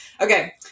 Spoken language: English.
Okay